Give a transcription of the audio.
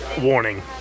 Warning